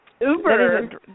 Uber